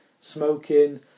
smoking